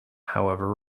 however